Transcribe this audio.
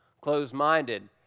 closed-minded